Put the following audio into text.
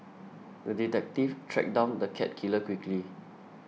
the detective tracked down the cat killer quickly